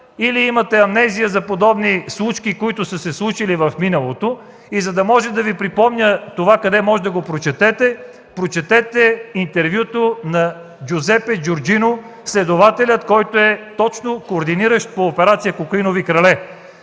или имате амнезия за подобни случки, които са се случили в миналото ... Мога да Ви припомня къде може да прочетете това – прочетете интервюто на Джузепе Джорджино – следователят, който е точно координиращ по операция „Кокаинови крале”.